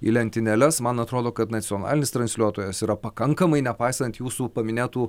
į lentynėles man atrodo kad nacionalinis transliuotojas yra pakankamai nepaisant jūsų paminėtų